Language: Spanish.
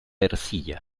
ercilla